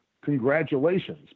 Congratulations